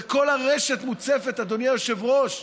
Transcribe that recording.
וכל הרשת מוצפת, אדוני היושב-ראש,